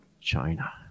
China